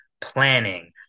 planning